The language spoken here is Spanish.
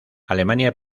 alemania